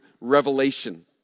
revelation